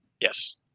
Yes